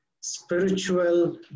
spiritual